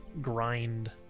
grind